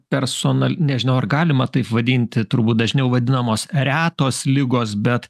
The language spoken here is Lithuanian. personal nežinau ar galima taip vadinti turbūt dažniau vadinamos retos ligos bet